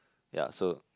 yea so